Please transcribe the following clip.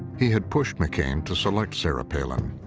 he had pushed mccain to select sarah palin.